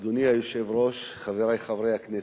אדוני היושב-ראש, רבותי חברי הכנסת,